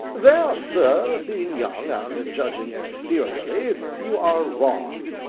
there, sir, being young, and judging exteriorly, you are wrong.